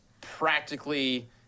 practically